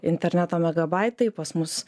interneto megabaitai pas mus